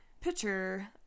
picture